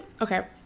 Okay